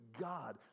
God